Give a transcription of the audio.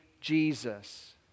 Jesus